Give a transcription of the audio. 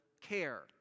care